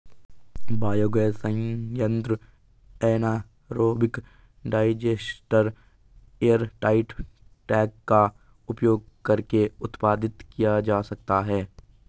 biogas संयंत्र anaerobic digester airtight tank का उपयोग करके उत्पादित किया जा सकता है